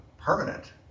permanent